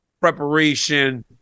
preparation